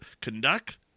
conduct